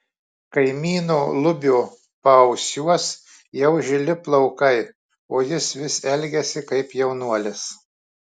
kaimyno lubio paausiuos jau žili plaukai o jis vis elgiasi kaip jaunuolis